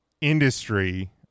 industry